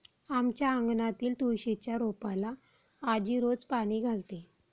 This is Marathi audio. आमच्या अंगणातील तुळशीच्या रोपाला आजी रोज पाणी घालते